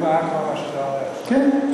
כן.